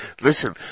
listen